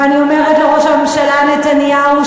ואני אומרת לראש הממשלה נתניהו,